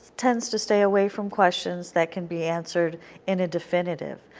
tends to stay away from questions that can be answered in a definitive.